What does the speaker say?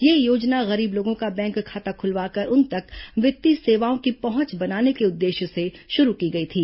यह योजना गरीब लोगों का बैंक खाता खुलवाकर उन तक वित्तीय सेवाओं की पहुंच बनाने के उद्देश्य से शुरू की गई थी